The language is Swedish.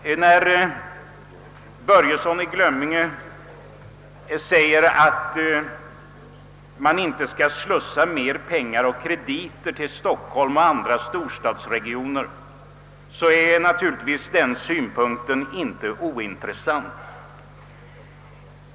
När herr Börjesson i Glömminge säger att man inte skall slussa mer pengar och krediter till Stockholm och andra storstadsregioner, är naturligtvis den synpunkten inte ointressant.